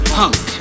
punk